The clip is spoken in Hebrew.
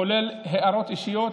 כולל הערות אישיות,